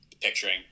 picturing